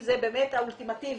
זה באמת האולטימטיבי,